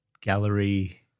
gallery